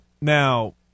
Now